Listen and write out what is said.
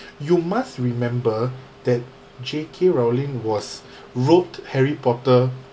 you must remember that J_K rowling was wrote harry potter